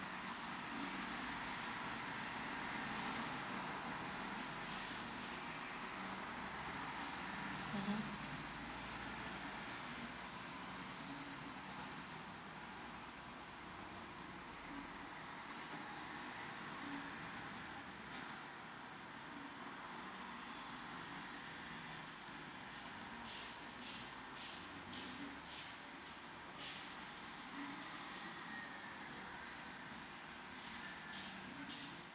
mmhmm